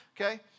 Okay